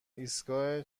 ایستگاه